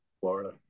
Florida